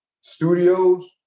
studios